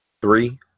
Three